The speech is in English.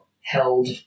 held